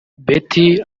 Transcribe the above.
betty